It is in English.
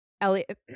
Elliot